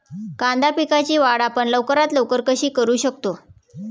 कांदा पिकाची वाढ आपण लवकरात लवकर कशी करू शकतो?